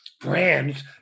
brands